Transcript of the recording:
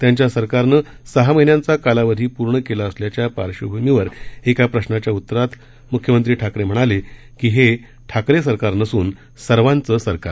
त्यांच्या सरकारनं सहा महिन्यांचा कालावधी पूर्ण केला असल्याच्या पाश्र्वभूमीवर एका प्रश्नाच्या उत्तरात मुख्यमंत्री ठाकरे म्हणाले की हे ठाकरे सरकार नसून सर्वांचं सरकार आहे